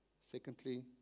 Secondly